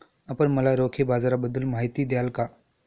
आपण मला रोखे बाजाराबद्दल माहिती द्याल का?